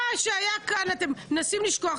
מה שהיה כאן אתם מנסים לשכוח,